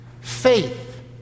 faith